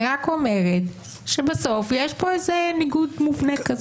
אני רק אומרת שבסוף יש פה ניגוד מובנה.